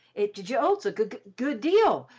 it j-jolts a g-goo-good deal,